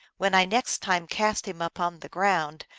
when i next time cast him upon the ground,